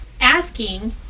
asking